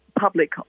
public